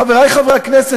חברי חברי הכנסת,